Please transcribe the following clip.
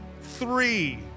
Three